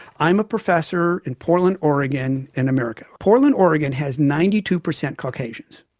i am a professor in portland oregon in america. portland oregon has ninety two percent caucasians.